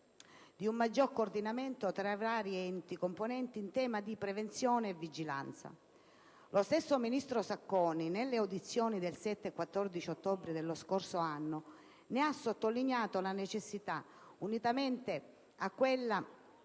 di un maggior coordinamento tra i vari enti competenti in tema di prevenzione e vigilanza. Lo stesso ministro Sacconi, nelle audizioni del 7 e del 14 ottobre dello scorso anno, ne ha sottolineato la necessità, unitamente a quella